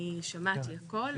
אני שמעתי הכל,